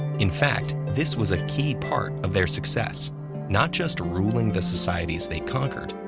in fact, this was a key part of their success not just ruling the societies they conquered,